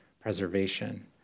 Preservation